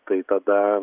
tai tada